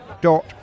dot